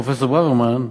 פרופסור ברוורמן,